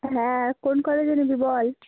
হ্যাঁ ফোন করেছিলি তুই বল